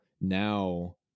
Now